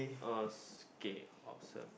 oh is K awesome